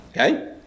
Okay